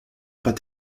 pas